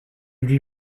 lui